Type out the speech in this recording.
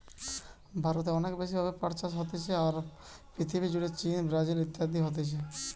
ভারতে অনেক বেশি ভাবে পাট চাষ হতিছে, আর পৃথিবী জুড়ে চীন, ব্রাজিল ইত্যাদিতে হতিছে